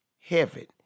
heaven